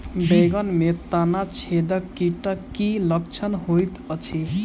बैंगन मे तना छेदक कीटक की लक्षण होइत अछि?